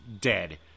dead